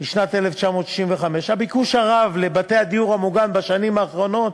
משנת 1965. הביקוש הרב לבתי הדיור המוגן בשנים האחרונות,